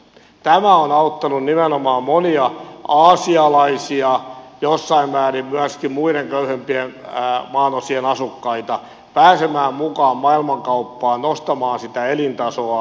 tämä on auttanut nimenomaan monia aasialaisia jossain määrin myöskin muiden köyhempien maanosien asukkaita pääsemään mukaan maailmankauppaan nostamaan sitä elintasoaan